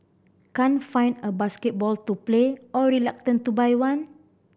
can't find a basketball to play or reluctant to buy one